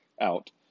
out